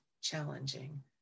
challenging